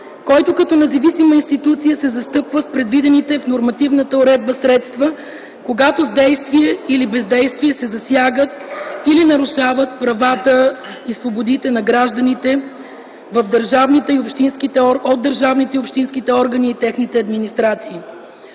който като независима институция се застъпва с предвидените в нормативната уредба средства, когато с действие или бездействие се засягат или нарушават правата и свободите на гражданите от държавните и общинските органи и техните администрации.